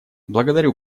благодарю